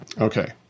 Okay